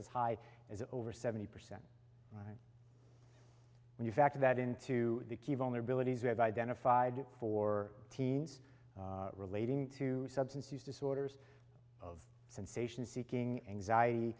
as high as over seventy percent right when you factor that into the key vulnerabilities we have identified for teens relating to substance use disorders of sensation seeking anxiety